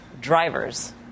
drivers